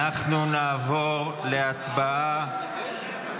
אנחנו נעבור להצבעה